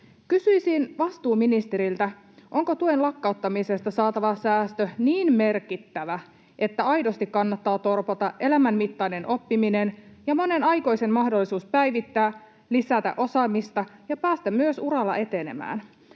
Kysyisin vastuuministeriltä: onko tuen lakkauttamisesta saatava säästö niin merkittävä, että aidosti kannattaa torpata elämänmittainen oppiminen ja monen aikuisen mahdollisuus päivittää ja lisätä osaamista ja päästä myös etenemään